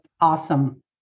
awesome